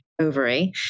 ovary